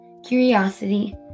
curiosity